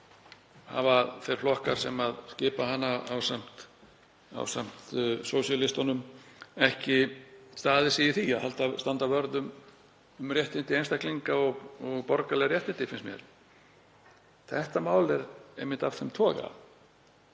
hafa þeir flokkar sem skipa hana ásamt sósíalistunum ekki staðið sig í því að standa vörð um réttindi einstaklinga og borgaraleg réttindi, finnst mér. Þetta mál er einmitt af þeim toga.